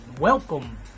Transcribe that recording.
welcome